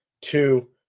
Two